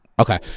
Okay